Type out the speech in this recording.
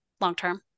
long-term